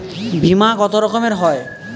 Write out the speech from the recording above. বিমা কত রকমের হয়?